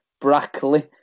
Brackley